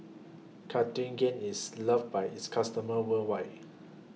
Cartigain IS loved By its customers worldwide